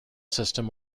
system